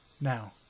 Now